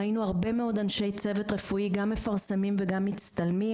ראינו הרבה מאוד אנשי צוות רפואי גם מפרסמים וגם מצטלמים.